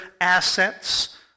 assets